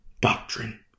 doctrine